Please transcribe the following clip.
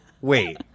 wait